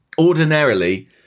Ordinarily